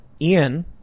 Ian